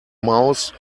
mouse